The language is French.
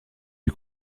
lui